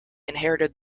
inherited